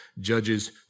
Judges